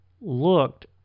looked